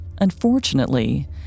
unfortunately